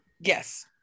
yes